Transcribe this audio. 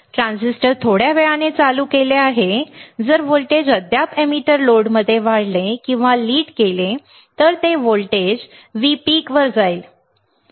transistor थोड्या वेळाने चालू केले आहे जर लागू व्होल्टेज अद्याप एमिटर लोडमध्ये वाढले किंवा लीड केले तर ते व्होल्टेज V पीक उचलेल जे ते येथे पोहोचेल बरोबर